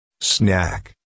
Snack